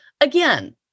Again